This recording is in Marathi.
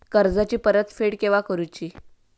कर्जाची परत फेड केव्हा करुची?